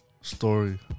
Story